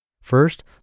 First